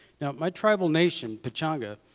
now my tribal nation, pechanga,